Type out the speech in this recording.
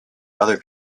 other